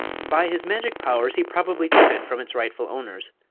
by his magic powers he probably took it from its rightful owners.